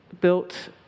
built